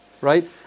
right